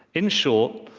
in short,